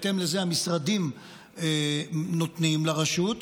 בהתאם לזה המשרדים נותנים לרשות,